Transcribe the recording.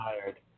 tired